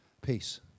peace